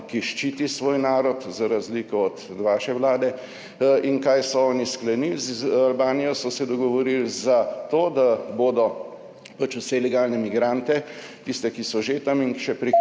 ki ščiti svoj narod za razliko od vaše vlade. In kaj so oni sklenili? Z Albanijo so se dogovorili za to, da bodo pač vse ilegalne migrante, tiste, ki so že tam in ki še prihajajo,